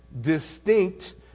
Distinct